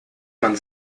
man